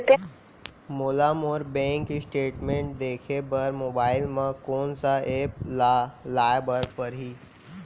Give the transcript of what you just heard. मोला मोर bank statement देखे बर मोबाइल मा कोन सा एप ला लाए बर परही?